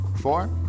four